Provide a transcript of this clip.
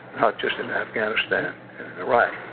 not just in afghanistan and iraq.